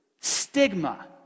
stigma